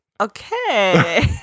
Okay